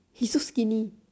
he's so skinny